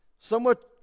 Somewhat